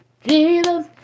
Jesus